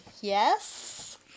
yes